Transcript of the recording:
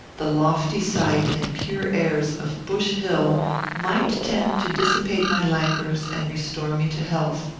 the lofty site and pure airs of bush hill might tend to dissipate my languors and restore me to health.